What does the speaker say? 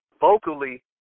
vocally